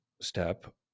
step